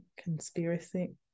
conspiracy